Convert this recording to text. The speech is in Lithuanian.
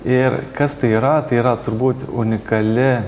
ir kas tai yra tai yra turbūt unikali